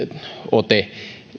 ote